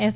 F